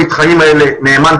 למשל,